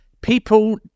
People